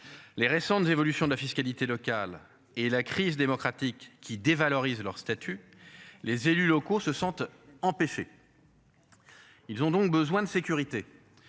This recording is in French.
Les récentes évolutions de la fiscalité locale et la crise démocratique qui dévalorise leur statut. Les élus locaux se sentent. PC. Ils ont donc besoin de sécurité.